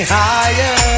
higher